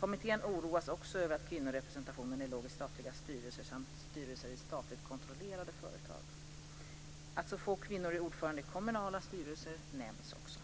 Kommittén oroas också över att kvinnorepresentationen är låg i statliga styrelser samt styrelser i statligt kontrollerade företag. Att så få kvinnor är ordförande i kommunala styrelser nämns också.